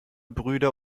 brüder